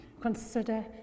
consider